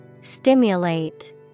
Stimulate